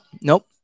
Nope